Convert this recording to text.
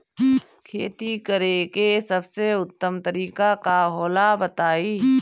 खेती करे के सबसे उत्तम तरीका का होला बताई?